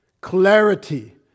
Clarity